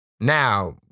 Now